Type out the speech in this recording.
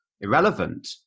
irrelevant